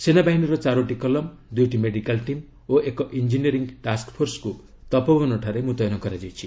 ସେନାବାହିନୀର ଚାରୋଟି କଲମ ଦୁଇଟି ମେଡ଼ିକାଲ ଟିମ୍ ଓ ଏକ ଇଞ୍ଜିନିୟରିଙ୍ଗ ଟାସ୍କଫୋର୍ସକୁ ତପୋବନଠାରେ ମୁତୟନ କରାଯାଇଛି